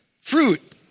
fruit